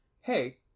Hey